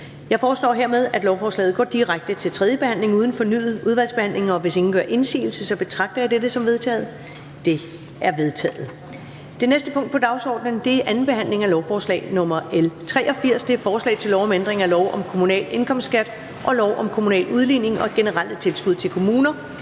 Jeg foreslår, at lovforslaget går direkte til tredje behandling uden fornyet udvalgsbehandling. Hvis ingen gør indsigelse, betragter jeg dette som vedtaget. Det er vedtaget. --- Det næste punkt på dagsordenen er: 16) 2. behandling af lovforslag nr. L 83: Forslag til lov om ændring af lov om kommunal indkomstskat og lov om kommunal udligning og generelle tilskud til kommuner.